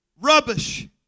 Rubbish